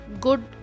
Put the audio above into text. good